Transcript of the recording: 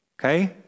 Okay